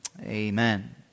amen